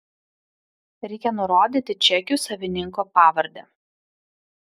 reikia nurodyti čekių savininko pavardę